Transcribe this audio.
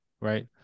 right